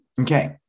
Okay